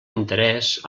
interès